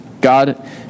God